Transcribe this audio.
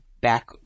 back